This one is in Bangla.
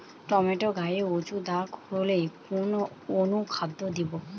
টমেটো গায়ে উচু দাগ হলে কোন অনুখাদ্য দেবো?